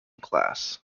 class